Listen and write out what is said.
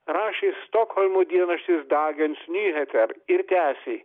rašė stokholmo dienraštis dagens nyheter ir tęsė